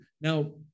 Now